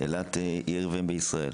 אילת היא עיר ואם בישראל,